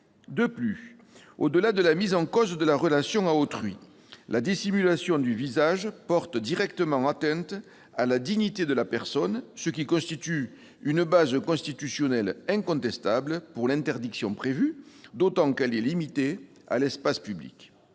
De plus, au-delà de la mise en cause de la relation à autrui, la dissimulation du visage porte directement atteinte à la dignité de la personne, ce qui constitue une base constitutionnelle incontestable pour l'interdiction prévue, d'autant qu'elle est limitée à l'espace public.